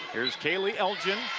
here is kaylee elgin.